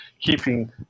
keeping